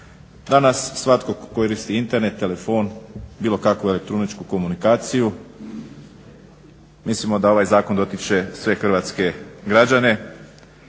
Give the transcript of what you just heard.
Danas svatko koristi Internet, telefon, bilo kakvu elektroničku komunikaciju. Mislimo da ovaj zakon dotiče sve hrvatske građane